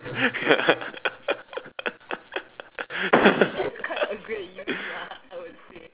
ya